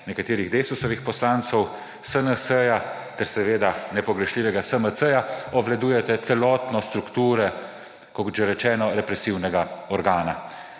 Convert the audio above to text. nekaterih Desusovih poslancev, SNS ter seveda nepogrešljivega SMC obvladujete celotno strukture, kot že rečeno, represivnega organa.